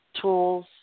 tools